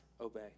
obey